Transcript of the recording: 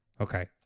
Okay